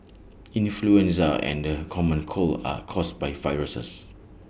influenza and the common cold are caused by viruses